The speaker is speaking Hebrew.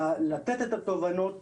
לתת את התובנות,